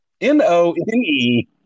N-O-N-E